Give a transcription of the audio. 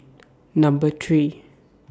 Number three